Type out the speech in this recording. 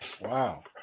Wow